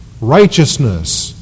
righteousness